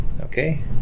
okay